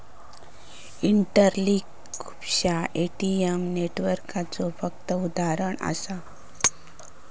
interlink खुपश्या ATM नेटवर्कचा फक्त उदाहरण असा